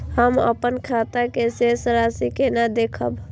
हम अपन खाता के शेष राशि केना देखब?